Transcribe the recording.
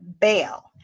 Bail